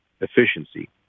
efficiency